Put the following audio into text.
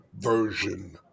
version